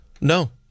No